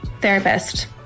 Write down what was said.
therapist